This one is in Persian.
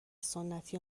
سنتی